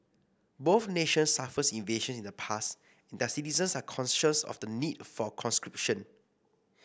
both nations suffered invasions in the past and their citizens are conscious of the need for conscription